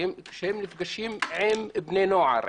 עם בני נוער,